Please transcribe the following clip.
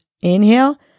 inhale